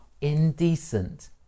indecent